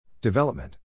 Development